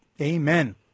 Amen